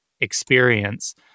experience